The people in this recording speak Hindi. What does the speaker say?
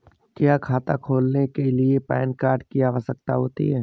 क्या खाता खोलने के लिए पैन कार्ड की आवश्यकता होती है?